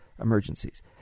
emergencies